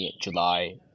July